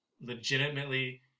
legitimately